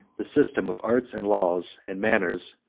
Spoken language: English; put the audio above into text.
the system of arts, and laws, and manners,